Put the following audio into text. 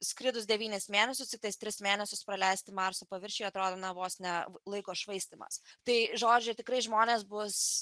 skridus devynis mėnesius tiktais tris mėnesius praleisti marso paviršiuje atrodo na vos ne laiko švaistymas tai žodžiu tikrai žmonės bus